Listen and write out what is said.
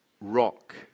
Rock